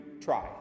try